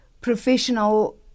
professional